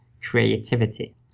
creativity